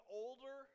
older